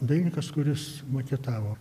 dailininkas kuris maketavo